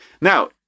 Now